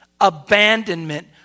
abandonment